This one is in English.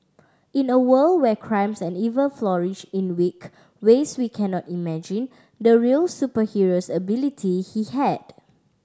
in a world where crimes and evil flourished in wicked ways we cannot imagine the real superheroes ability he had